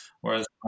Whereas